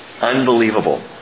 Unbelievable